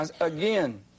again